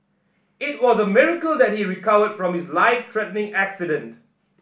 it was a miracle that he recovered from his life threatening accident